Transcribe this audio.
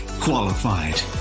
qualified